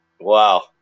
Wow